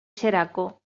xeraco